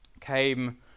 came